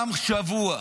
גם שבוע.